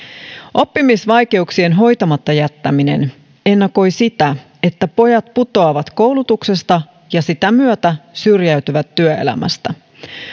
oppimisvaikeuksien hoitamatta jättäminen ennakoi sitä että pojat putoavat koulutuksesta ja sitä myötä syrjäytyvät työelämästä